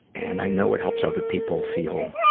and, i know it helps other people feel,